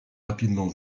rapidement